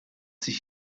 sich